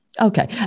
Okay